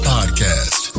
Podcast